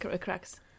cracks